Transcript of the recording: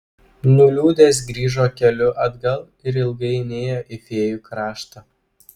nuliūdęs grįžo keliu atgal ir ilgai nėjo į fėjų kraštą